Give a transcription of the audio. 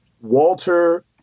Walter